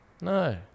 No